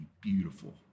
beautiful